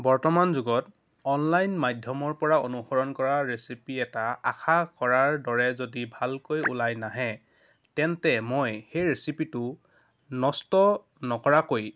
বৰ্তমান যুগত অনলাইন মাধ্যমৰ পৰা অনুসৰণ কৰা ৰেচিপি এটা আশা কৰাৰ দৰে যদি ভালকৈ ওলাই নাহে তেন্তে মই সেই ৰেচিপিটো নষ্ট নকৰাকৈ